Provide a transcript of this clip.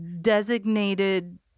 Designated